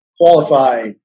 qualified